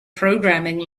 programming